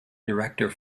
director